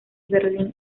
berlín